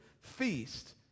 feast